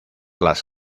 las